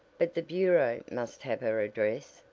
but the bureau must have her address,